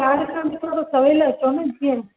कार्यक्रम त थोरो सवेल अचो न जीअं